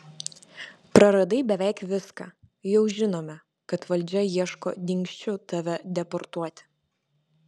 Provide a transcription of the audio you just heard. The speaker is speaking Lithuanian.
praradai beveik viską jau žinome kad valdžia ieško dingsčių tave deportuoti